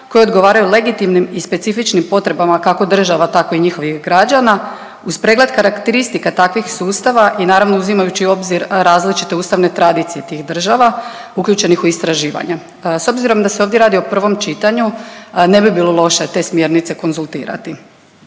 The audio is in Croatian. koje odgovaraju legitimnim i specifičnim potrebama kako država tako i njihovih građana uz pregled karakteristika takvih sustava i naravno uzimajući u obzir različite ustavne tradicije tih država uključenih u istraživanja. S obzirom da se ovdje radi o prvom čitanju ne bi bilo loše te smjernice konzultirati.